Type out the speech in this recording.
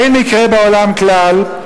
אין מקרה בעולם כלל.